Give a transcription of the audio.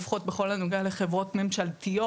לפחות בכל הנוגע לחברות ממשלתיות.